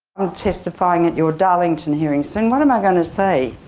testifying at your darlington hearing soon. what am i gonna say?